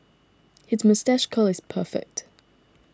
his moustache curl is perfect